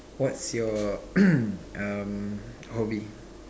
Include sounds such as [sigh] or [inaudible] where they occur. what's your [noise] um hobby